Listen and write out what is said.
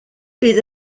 bydd